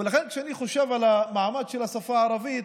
ולכן, כשאני חושב על המעמד של השפה הערבית,